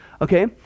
Okay